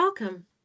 Welcome